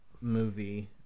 movie